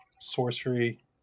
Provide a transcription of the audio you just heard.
sorcery